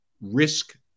risk